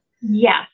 Yes